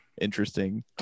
interesting